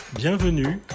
Bienvenue